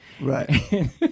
Right